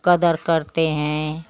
कद्र करते हैं